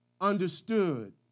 understood